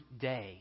day